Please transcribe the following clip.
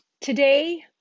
today